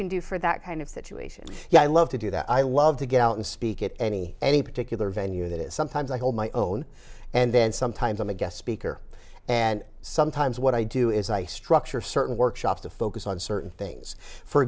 can do for that kind of situation yeah i love to do that i love to get out and speak at any any particular venue that is sometimes i hold my own and then sometimes i'm a guest speaker and sometimes what i do is i structure certain workshops to focus on certain things for